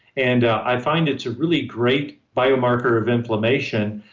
and i find it's a really great biomarker of inflammation.